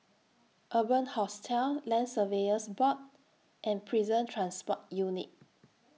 Urban Hostel Land Surveyors Board and Prison Transport Unit